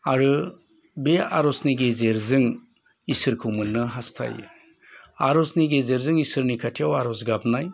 आरो बे आर'जनि गेजेरजों इसोरखौ मोननो हास्थायो आर'जनि गेजेरजों इसोरनि खौथायाव आर'ज गाबनाय